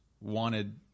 wanted